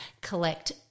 collect